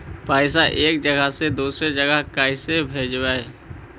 पैसा एक जगह से दुसरे जगह कैसे भेजवय?